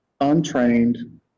untrained